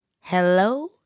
Hello